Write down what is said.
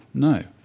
no.